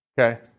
okay